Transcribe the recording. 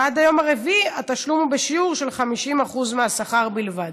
ועד היום רביעי התשלום הוא בשיעור של 50% מהשכר בלבד.